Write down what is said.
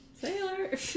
Sailor